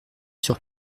sur